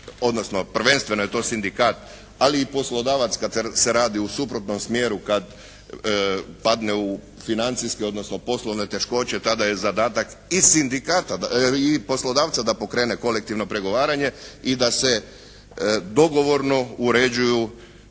odnosno prvenstveno je to Sindikat ali i poslodavac kad se radi u suprotnom smjeru kad padne u financijske odnosno poslovne teškoće tada je zadatak i Sindikata i poslodavca da pokrene kolektivno pregovaranje i da se dogovorno uređuju